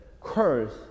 Curse